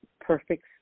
perfect